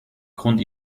grund